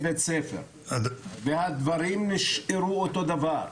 הדברים נשארו אותו דבר.